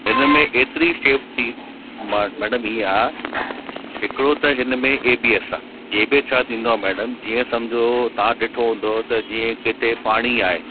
हिन में एतिरी सेफ़्टी मै मैडम हीअं आहे हिकिड़ो त हिन में ए बी एस आहे ए बी एस छा थींदो आहे मैडम जी समुझो तव्हां ॾिठो हूंदो त जीअं हिते पाणी आहे